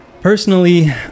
Personally